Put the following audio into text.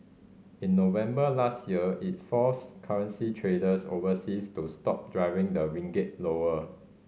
in November last year it forced currency traders overseas to stop driving the ringgit lower